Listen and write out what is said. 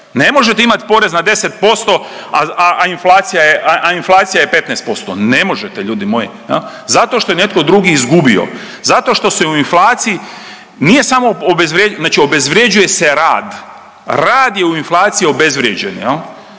Ne možete imati porez na 10%, a inflacija je 15%, ne možete ljudi moji. Zato što je netko drugi izgubio, zato što se u inflaciji nije samo obezvrje, znači obezvrjeđuje se rad. Rad je u inflaciji obezvrijeđen.